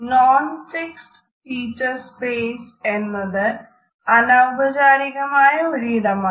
non fixed feature space എന്നത് അനൌപചാരികമായ ഒരിടമാണ്